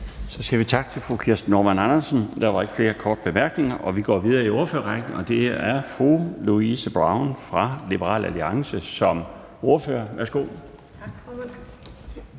Så siger vi tak til fru Kirsten Normann Andersen. Der var ikke flere korte bemærkninger. Og vi går videre i ordførerrækken, og det er til fru Louise Brown som ordfører fra Liberal Alliance. Værsgo. Kl.